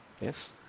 Yes